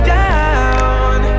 down